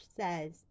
says